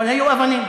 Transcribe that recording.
אבל היו אבנים.